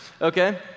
Okay